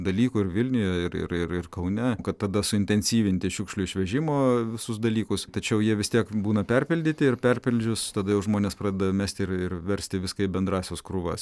dalykų ir vilniuje ir ir ir ir kaune kad tada suintensyvinti šiukšlių išvežimo visus dalykus tačiau jie vis tiek būna perpildyti ir perpildžius tada jau žmonės pradėjo mesti ir ir versti viską į bendrąsias krūvas